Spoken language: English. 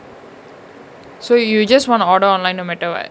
so you just want to order online no matter what